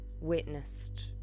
witnessed